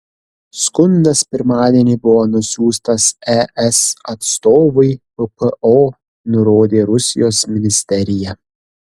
skundas pirmadienį buvo nusiųstas es atstovui ppo nurodė rusijos ministerija